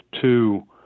two